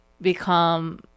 become